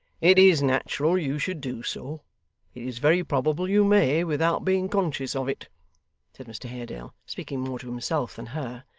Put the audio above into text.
it is natural you should do so it is very probable you may, without being conscious of it said mr haredale, speaking more to himself than her.